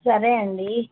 సరే అండి